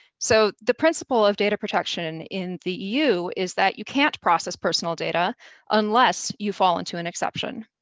so the principle of data protection in the eu is that you can't process personal data unless you fall into an exception.